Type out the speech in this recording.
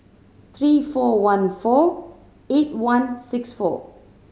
three four one four eight one six four